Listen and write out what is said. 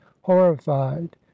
horrified